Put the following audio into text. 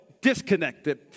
disconnected